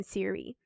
Siri 。